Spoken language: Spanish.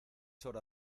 hora